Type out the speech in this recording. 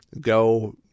Go